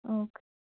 okay